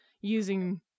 using